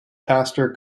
pastor